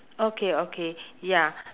okay okay ya